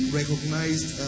recognized